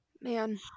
man